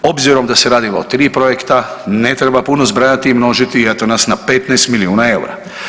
Obzirom da se radilo o 3 projekta ne treba puno zbrajati i množiti i eto nas na 15 milijuna EUR-a.